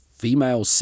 female